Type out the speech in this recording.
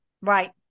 Right